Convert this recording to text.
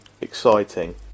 exciting